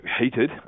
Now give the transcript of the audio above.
heated